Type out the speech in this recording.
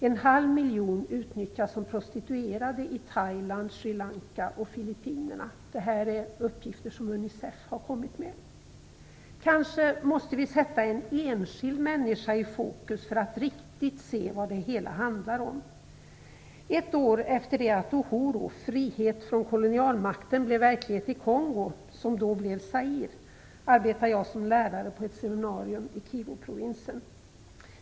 En halv miljon utnyttjas som prostituerade i Thailand, Sri Lanka och Filippinerna. Det här är uppgifter som Unicef har kommit med. Kanske måste vi sätta en enskild människa i fokus för att riktigt se vad det hela handlar om. Ett år efter det att "uhuru" - frihet från kolonialmakten - blev verklighet i Kongo, som då blev Zaire, arbetade jag som lärare på ett seminarium i Kivuprovinsen.